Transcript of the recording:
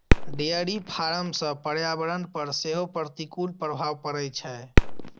dairy farm सं पर्यावरण पर सेहो प्रतिकूल प्रभाव पड़ै छै